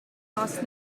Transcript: last